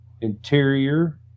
interior